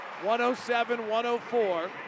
107-104